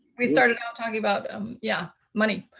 we started out talking about um yeah money.